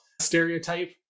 stereotype